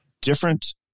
different